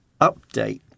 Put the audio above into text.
update